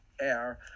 air